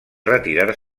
retirar